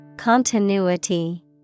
Continuity